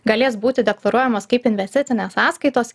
galės būti deklaruojamos kaip investicinės sąskaitos